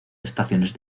estaciones